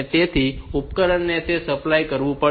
તેથી ઉપકરણને તે સપ્લાય કરવું પડશે